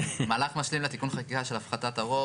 מהלך משלים לתיקון חקיקה של הפחתת הרוב,